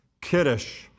Kiddush